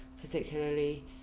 particularly